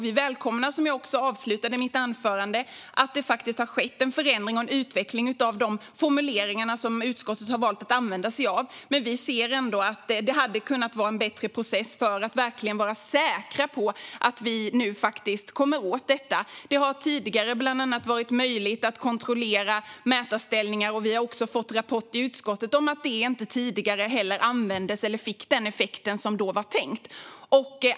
Vi välkomnar, som jag avslutade mitt anförande med att säga, att det har skett en förändring och en utveckling av de formuleringar som utskottet har valt att använda, men vi menar ändå att det hade kunnat vara en bättre process för att vi verkligen skulle kunna vara säkra på att vi nu kommer åt detta. Tidigare har det bland annat varit möjligt att kontrollera mätarställningar. Vi har också i utskottet fått rapport om att detta inte tidigare användes eller fick den effekt som var tänkt.